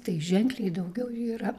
tai ženkliai daugiau yra